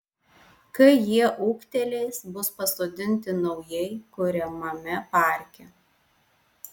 kai jie ūgtelės bus pasodinti naujai kuriamame parke